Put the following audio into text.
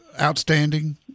outstanding